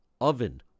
oven